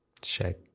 Check